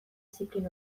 zikin